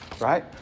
right